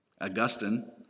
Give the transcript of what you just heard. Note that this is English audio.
Augustine